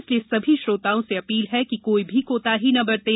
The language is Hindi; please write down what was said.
इसलिए सभी श्रोताओं से अपील है कि कोई भी कोताही न बरतें